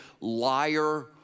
liar